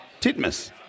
Titmus